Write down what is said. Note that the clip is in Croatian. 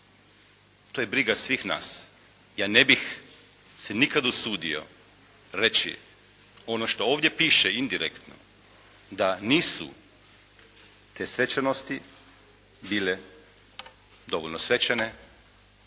To je briga svih nas. Ja ne bih se nikad usudio reći ono što ovdje piše indirektno, da nisu te svečanosti bile dovoljno svečane